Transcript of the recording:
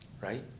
right